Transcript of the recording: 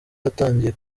yatangiye